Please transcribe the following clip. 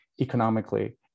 economically